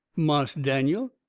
marse daniel.